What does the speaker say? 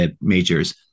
majors